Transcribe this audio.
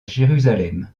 jérusalem